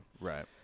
right